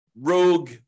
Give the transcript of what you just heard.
rogue